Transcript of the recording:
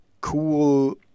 cool